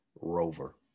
Rover